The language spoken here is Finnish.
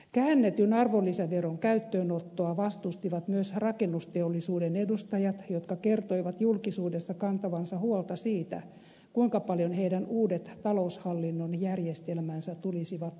käännetyn arvonlisäveron käyttöönottoa vastustivat myös rakennusteollisuuden edustajat jotka kertoivat julkisuudessa kantavansa huolta siitä kuinka paljon heidän uudet taloushallinnon järjestelmänsä tulisivat maksamaan